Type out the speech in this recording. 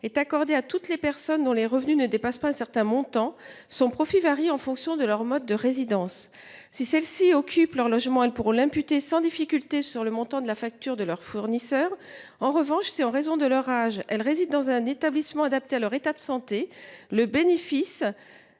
est accordée à toutes les personnes dont les revenus ne dépassent pas un certain montant son profit varie en fonction de leur mode de résidence. Si celles-ci occupent leur logement elle pour l'imputer sans difficulté sur le montant de la facture de leurs fournisseurs. En revanche, c'est en raison de leur âge, elle réside dans un établissement adapté à leur état de santé le bénéfice.